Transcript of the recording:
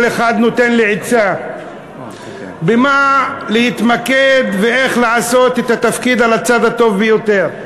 כל אחד נותן לי עצה במה להתמקד ואיך לעשות את התפקיד על הצד הטוב ביותר.